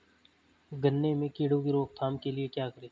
गन्ने में कीड़ों की रोक थाम के लिये क्या करें?